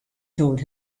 told